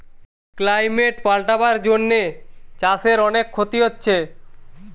climate পাল্টাবার জন্যে চাষের অনেক ক্ষতি হচ্ছে